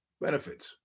benefits